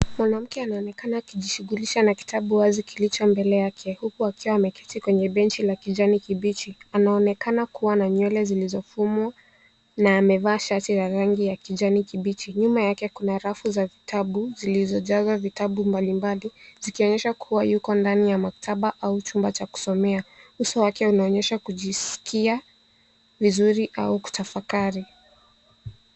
Mwanamke anaonekana akijshughulisha na kitabu wazi kilicho mbele yake huku akiwa ameketi kwenye benji la kijani kibichi. Anaonekana kuwa na nywele zilizofumwa na amevaa shati ya rangi ya kijani kibichi. Nyuma yake kuna rafu za vitabu zilizojaza vitabu mbalimbali, zikionyesha kuwa yuko ndani ya maktaba au chumba cha kusomea. Uso wake unaonyesha kujisikia vizuri au kutafakari.